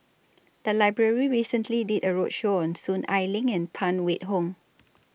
The Library recently did A roadshow on Soon Ai Ling and Phan Wait Hong